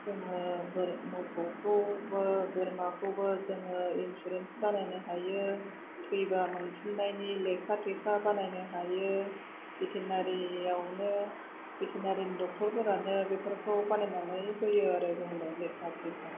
जोङो बोर मोसौखौबो बोरमाखौबो जोङो इन्सुरेन्स बानायनो हायो थैबा मोनफिन्नायनि लेखा थेखा बानायनो हायो भेटेनारियावनो भेटेनारिनि डक्टरफोरानो बेफोरखौ बानायनानै होयो आरो जोंनो लेखा थेखा